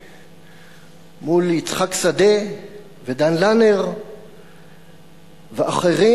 מול יצחק שדה ודן לנר ואחרים.